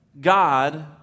God